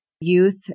youth